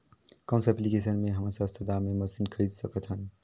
कौन सा एप्लिकेशन मे हमन सस्ता दाम मे मशीन खरीद सकत हन?